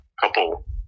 couple